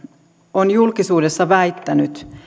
on julkisuudessa väittänyt